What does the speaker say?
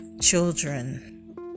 children